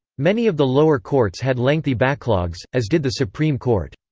many of the lower courts had lengthy backlogs, as did the supreme court.